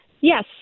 Yes